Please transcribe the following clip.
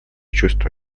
чувство